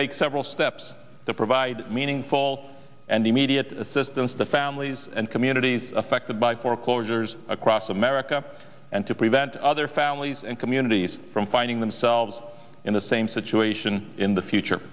take several steps to provide meaningful and immediate assistance to families and communities affected by foreclosures across america and to prevent other families and communities from finding themselves in the same situation in the future